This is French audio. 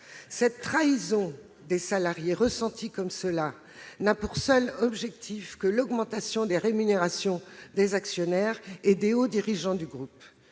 Cette trahison des salariés n'a pour seul objectif que l'augmentation des rémunérations des actionnaires et des hauts dirigeants du groupe.